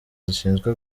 zishinzwe